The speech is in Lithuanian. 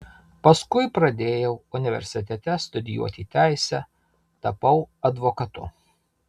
paskui pradėjau universitete studijuoti teisę tapau advokatu